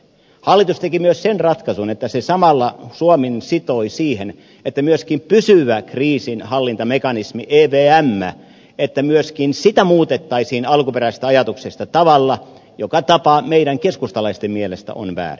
hallitus teki myös sen ratkaisun että se samalla suomen sitoi siihen että myöskin pysyvää kriisinhallintamekanismia evmää muutettaisiin alkuperäisestä ajatuksesta tavalla joka meidän keskustalaisten mielestä on väärä